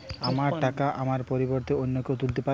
আমার টাকা আমার পরিবর্তে অন্য কেউ তুলতে পারবে?